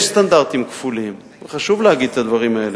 יש סטנדרטים כפולים, וחשוב להגיד את הדברים האלה,